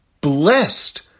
blessed